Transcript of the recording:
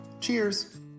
Cheers